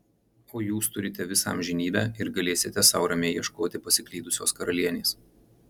o jūs turite visą amžinybę ir galėsite sau ramiai ieškoti pasiklydusios karalienės